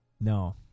No